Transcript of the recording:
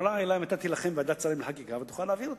נתתי לכם ועדת שרים לחקיקה, ותוכל להעביר אותה.